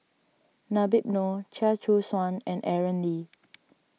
Habib Noh Chia Choo Suan and Aaron Lee